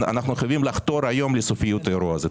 אנחנו חייבים לחתור היום לסופיות האירוע הזה.